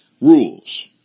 rules